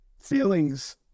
feelings